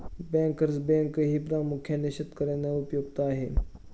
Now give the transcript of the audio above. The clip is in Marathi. बँकर्स बँकही प्रामुख्याने शेतकर्यांना उपयुक्त आहे